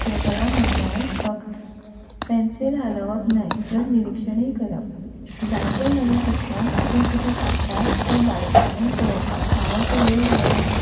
चित्रकला म्हणल्यार फक्त पेन्सील हालोवप न्हय तर निरीक्षणय करप जायते नव्या शिकप्यांक आपूण कितें काडटात तें बारीकसाणेन पळोवपाक फावोक तो वेळ घालनात